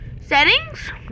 Settings